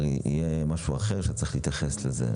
יהיה משהו אחר שצריך יהיה להתייחס אליו.